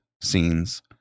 scenes